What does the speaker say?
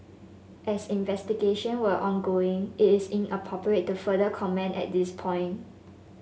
as investigation were ongoing it is inappropriate to further comment at this point